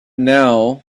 now